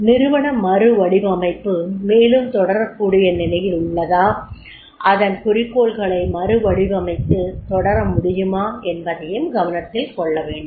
நிறுவன மறுவடிவமைப்பு மேலும் தொடரக்கூடிய நிலையில் உள்ளதா அதன் குறிக்கோள்களை மறுவடிவமைத்து தொடர முடியுமா என்பதையும் கவனத்தில் கொள்ளவேண்டும்